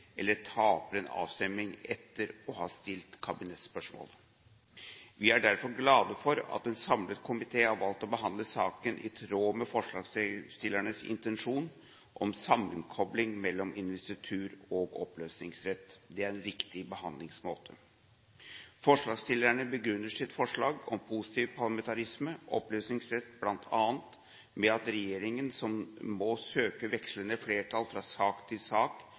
eller taper en avstemning etter å ha stilt kabinettsspørsmål. Vi er derfor glad for at en samlet komité har valgt å behandle saken i tråd med forslagsstillernes intensjon om sammenkobling mellom investitur og oppløsningsrett – det er en riktig behandlingsmåte. Forslagsstillerne begrunner sitt forslag om positiv parlamentarisme og oppløsningsrett bl.a. med at en regjering som må søke vekslende flertall fra sak til sak,